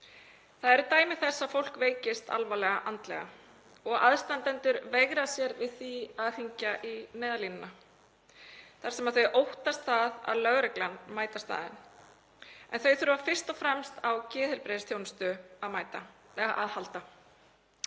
Það eru dæmi þess að fólk veikist alvarlega andlega og aðstandendur veigri sér við því að hringja í Neyðarlínuna þar sem þeir óttast að lögreglan mæti á staðinn en viðkomandi þarf fyrst og fremst á geðheilbrigðisþjónustu að halda.